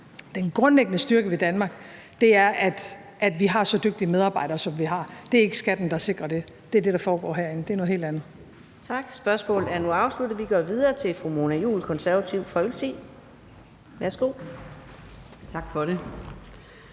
den grundlæggende styrke ved Danmark, er, at vi har så dygtige medarbejdere, som vi har. Det er ikke skatten, der sikrer det. Det er det, der